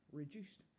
reduced